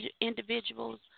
individuals